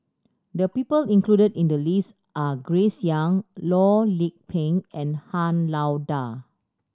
the people included in the list are Grace Young Loh Lik Peng and Han Lao Da